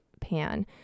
pan